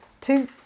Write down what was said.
two